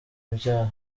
ibyaha